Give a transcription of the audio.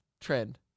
trend